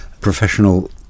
professional